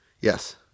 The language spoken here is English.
Yes